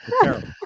Terrible